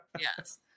Yes